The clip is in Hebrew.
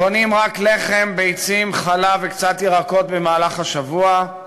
קונים רק לחם, ביצים, חלב וקצת ירקות במהלך השבוע,